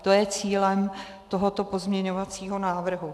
To je cílem tohoto pozměňovacího návrhu.